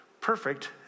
perfect